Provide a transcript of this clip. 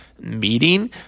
meeting